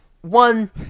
one